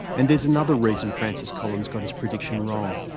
and there's another reason francis collins got his prediction wrong.